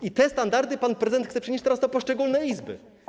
I te standardy pan prezydent chce przenieść teraz na poszczególne izby.